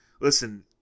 listen